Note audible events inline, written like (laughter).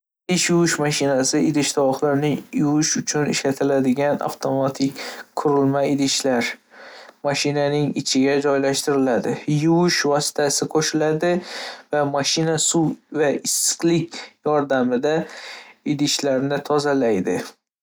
(unintelligible) yuvish mashinasi idish-tovoqlarni yuvish uchun ishlatiladigan avtomatik qurilma. Idishlar mashinaning ichiga joylashtiriladi, yuvish vositasi qo'shiladi, va mashina suv va issiqlik yordamida idishlarni tozalaydi.